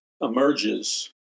emerges